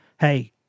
Hey